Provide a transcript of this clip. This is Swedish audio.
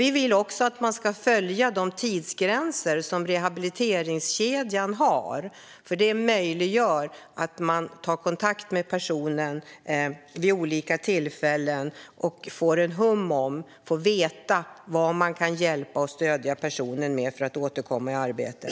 Vi vill också att de tidsgränser som finns i rehabiliteringskedjan ska följas, för detta möjliggör att kontakt kan tas med personen vid olika tillfällen för att få veta vad man kan hjälpa och stödja personen med för att den ska återkomma i arbete.